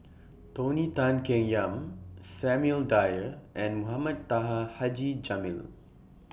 Tony Tan Keng Yam Samuel Dyer and Mohamed Taha Haji Jamil